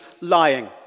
lying